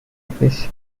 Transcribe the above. office